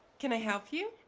can i help you?